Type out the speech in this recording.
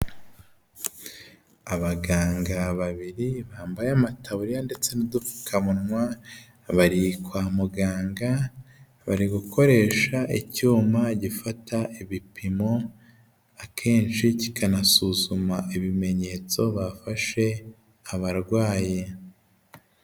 Abaganga babiri bambaye amataburiya ndetse n'udupfukamunwa bari kwa muganga, bari gukoresha icyuma gifata ibipimo akenshi kikanasuzuma ibimenyetso bafashe abarwayi.